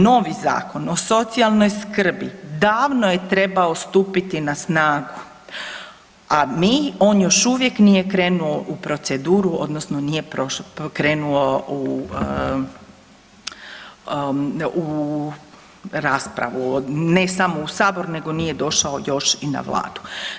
Novi Zakon o socijalnoj skrbi davno je trebao stupiti na snagu, a mi, on još uvijek nije krenuo u proceduru odnosno nije krenuo u raspravu, ne samo u sabor nego nije došao još i na Vladu.